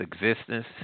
existence